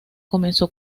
comenzó